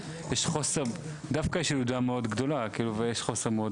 יש חוסר דווקא יש ילודה מאוד גדולה ויש חוסר,